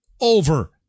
over